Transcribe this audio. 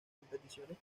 competiciones